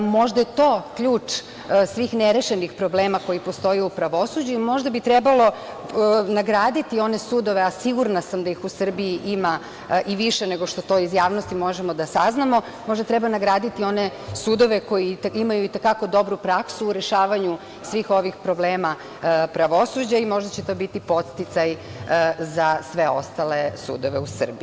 Možda je to ključ svih nerešenih problema koji postoje u pravosuđu i možda bi trebalo nagraditi one sudove, a sigurna sam da ih u Srbiji ima i više nego što to iz javnosti možemo da saznamo, možda treba nagraditi one sudove koji imaju i te kako dobru praksu u rešavanju svih ovih problema pravosuđa i možda će to biti podsticaj za sve ostale sudove u Srbiji.